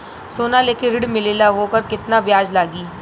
सोना लेके ऋण मिलेला वोकर केतना ब्याज लागी?